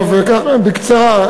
בקצרה.